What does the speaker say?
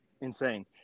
Insane